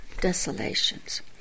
desolations